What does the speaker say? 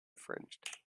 fringed